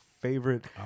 favorite